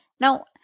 Now